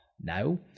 Now